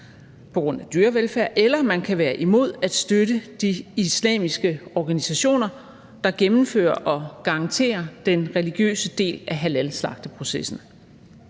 på grund af dyrevelfærd, eller man kan være imod at støtte de islamiske organisationer, der gennemfører og garanterer den religiøse del af halalslagteprocessen.